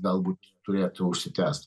galbūt turėtų užsitęst